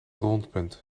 rondpunt